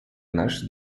нашей